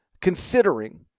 considering